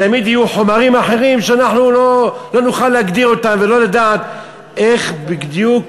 תמיד יהיו חומרים אחרים שאנחנו לא נוכל להגדיר אותם ולא לדעת איך בדיוק